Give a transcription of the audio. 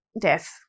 death